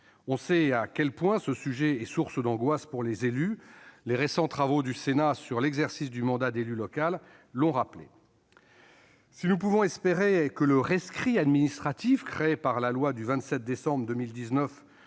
On sait à quel point ce sujet est source d'angoisse pour les élus. Les récents travaux du Sénat sur l'exercice du mandat d'élu local l'ont rappelé. Si nous pouvons espérer que le rescrit administratif créé par la loi du 27 décembre 2019